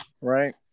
Right